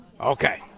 Okay